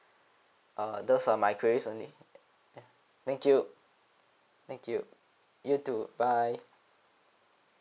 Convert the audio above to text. err those are my queries only thank you thank you you too bye